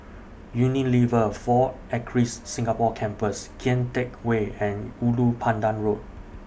Unilever four Acres Singapore Campus Kian Teck Way and Ulu Pandan Road